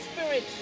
spirit